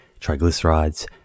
triglycerides